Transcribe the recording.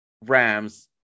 Rams